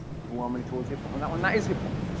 overwhelmingly towards hip hop. and that one, that is hip hop.